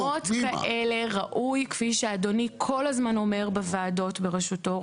במקומות כאלה ראוי כפי שאדוני כל הזמן אומר בוועדות בראשותו,